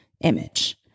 image